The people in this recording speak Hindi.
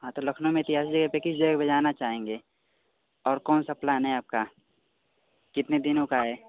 हाँ तो लखनऊ में ऐतिहासिक जगह पे किस जगह पे जाना चाहेंगे और कौन सा पल्यान है आपका कितने दिनों का है